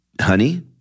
Honey